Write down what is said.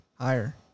Higher